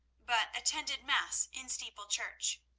but attended mass in steeple church.